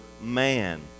man